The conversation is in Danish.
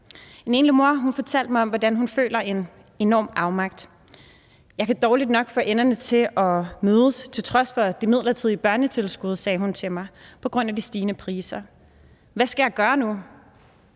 En enlig mor fortalte mig om, hvordan hun føler en enorm afmagt. Jeg kan dårlig nok få enderne til at mødes til trods for det midlertidige børnetilskud, sagde hun til mig, på grund af de stigende priser. Hvad skal jeg gøre nu?